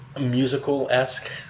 musical-esque